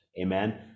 amen